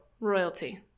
royalty